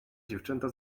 dziewczęta